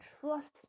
trust